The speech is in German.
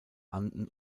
anden